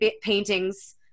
paintings